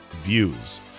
views